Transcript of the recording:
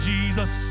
Jesus